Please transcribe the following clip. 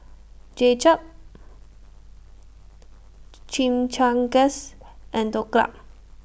Japchae Chimichangas and Dhokla